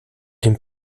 den